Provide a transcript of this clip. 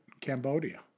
Cambodia